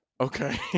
Okay